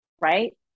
Right